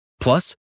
Plus